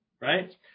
right